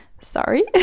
Sorry